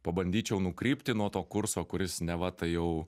pabandyčiau nukrypti nuo to kurso kuris neva tai jau